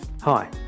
Hi